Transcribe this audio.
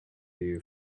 you